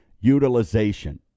utilization